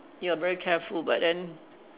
you are very careful but then